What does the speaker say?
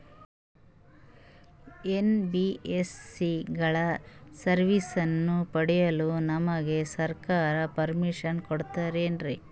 NBSC ಗಳ ಸರ್ವಿಸನ್ನ ಪಡಿಯಲು ನಮಗೆ ಸರ್ಕಾರ ಪರ್ಮಿಷನ್ ಕೊಡ್ತಾತೇನ್ರೀ?